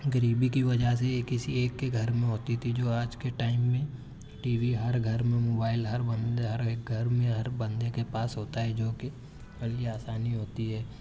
غریبی کی وجہ سے یہ کسی ایک کے گھر میں ہوتی تھی جو آج کے ٹائم میں ٹی وی ہر گھر میں موبائل ہر بندے ہر ایک گھر میں ہر بندے کے پاس ہوتا ہے جو کہ بڑی آسانی ہوتی ہے